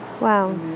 Wow